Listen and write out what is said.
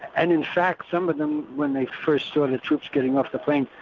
and in fact some of them when they first saw the troops getting off the plane,